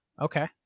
Okay